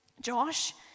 josh